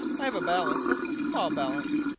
i have a balance a small balance.